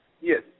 Yes